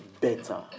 better